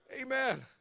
Amen